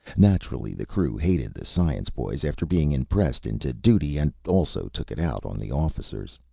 naturally the crew hated the science boys after being impressed into duty, and also took it out on the officers.